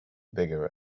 bigger